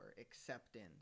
acceptance